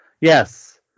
Yes